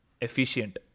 efficient